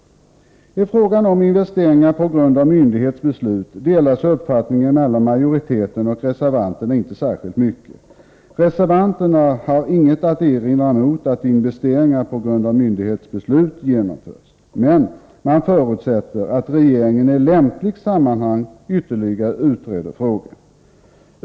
I frågan om investeringar på grund av myndighets beslut skiljer sig majoritetens och reservanternas uppfattning inte särskilt mycket. Reservanterna har inget att invända mot att investeringar på grund av myndighets beslut genomförs, men de förutsätter att regeringen i lämpligt sammanhang ytterligare utreder frågan.